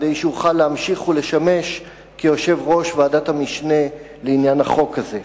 כדי שאוכל להמשיך ולשמש יושב-ראש ועדת המשנה לעניין החוק הזה.